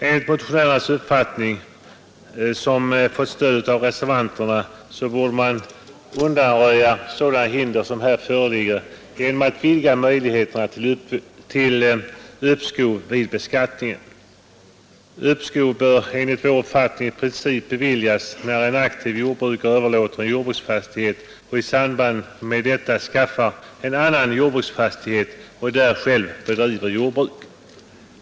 Enligt motionärernas uppfattning, som fått stöd av reservanterna, borde man undanröja sådana hinder som här föreligger genom att vidga möjligheterna till uppskov med beskattningen. Uppskov bör enligt vår uppfattning i princip beviljas när en aktiv jordbrukare överlåter en jordbruksfastighet och i samband med detta skaffar en annan jordbruksfastighet och där själv bedriver jordbruk.